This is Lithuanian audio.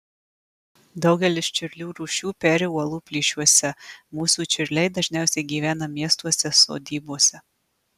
daugelis čiurlių rūšių peri uolų plyšiuose mūsų čiurliai dažniausiai gyvena miestuose sodybose